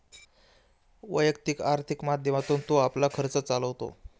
वैयक्तिक आर्थिक माध्यमातून तो आपला खर्च चालवतो